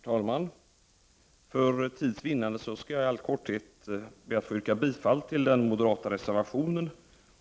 Herr talman! För tids vinnande skall jag bara i all korthet be att få yrka bifall till den moderata reservationen.